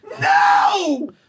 No